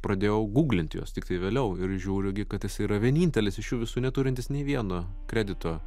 pradėjau guglint juos tiktai vėliau ir žiūriu gi kad jis yra vienintelis iš jų visų neturintis nei vieno kredito